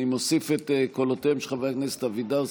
אז אני מוסיף את קולותיהם של חברי הכנסת אבידר,